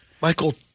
Michael